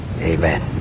Amen